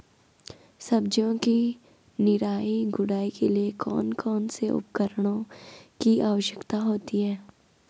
सब्जियों की निराई गुड़ाई के लिए कौन कौन से उपकरणों की आवश्यकता होती है?